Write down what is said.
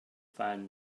found